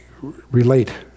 relate